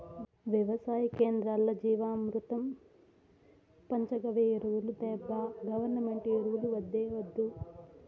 వెవసాయ కేంద్రాల్ల జీవామృతం పంచగవ్య ఎరువులు తేబ్బా గవర్నమెంటు ఎరువులు వద్దే వద్దు